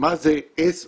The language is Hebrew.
מה זה SOV?